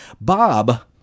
Bob